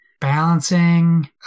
balancing